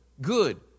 good